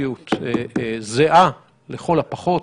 אפקטיביות זהה, לכל הפחות.